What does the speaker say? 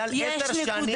מעל עשר שנים מדווחים.